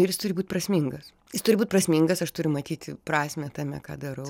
ir jis turi būt prasmingas jis turi būt prasmingas aš turiu matyti prasmę tame ką darau